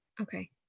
Okay